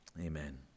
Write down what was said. Amen